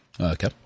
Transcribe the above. Okay